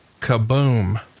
kaboom